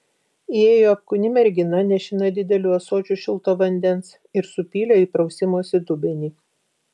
įėjo apkūni mergina nešina dideliu ąsočiu šilto vandens ir supylė į prausimosi dubenį